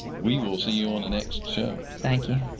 we will see you on the next show. thank you.